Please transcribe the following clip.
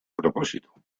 propósito